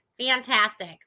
Fantastic